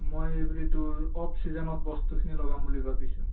মই এইবেলি তোৰ অ'ফ ছিজনত বস্তুখিনি লগাম বুলি ভাবিছোঁ